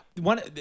one